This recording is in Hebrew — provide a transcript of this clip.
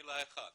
מילה אחת.